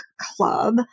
club